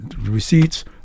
Receipts